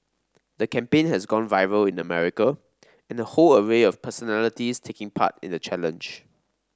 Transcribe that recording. the campaign has gone viral in America in a whole array of personalities taking part in the challenge